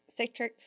Citrix